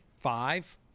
five